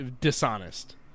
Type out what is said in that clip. dishonest